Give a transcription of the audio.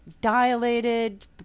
dilated